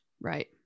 Right